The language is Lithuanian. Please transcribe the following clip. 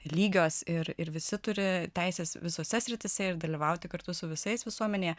lygios ir ir visi turi teises visose srityse ir dalyvauti kartu su visais visuomenėje